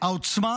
והעוצמה